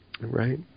Right